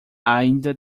ainda